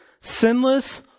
Sinless